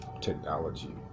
technology